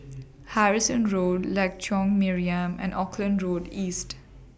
Harrison Road Lengkok Mariam and Auckland Road East